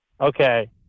okay